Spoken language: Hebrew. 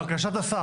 בקשת השר.